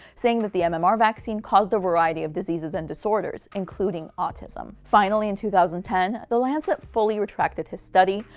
saying that the mmr vaccine caused a variety of diseases and disorders, including autism. finally in two thousand and ten, the lancet fully retracted his study,